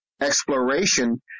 exploration